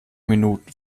minuten